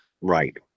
Right